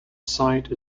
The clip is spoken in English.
site